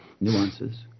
nuances